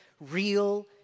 real